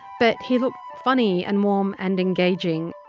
but he looked funny, and warm and engaging.